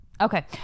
Okay